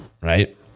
Right